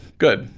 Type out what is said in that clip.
good.